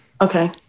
Okay